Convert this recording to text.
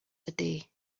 ydy